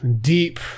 deep